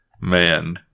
Man